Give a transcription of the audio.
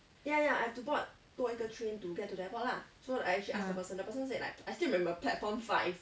ah